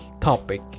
topic